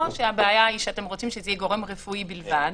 או שהבעיה היא שאתם רוצים שזה יהיה גורם רפואי בלבד,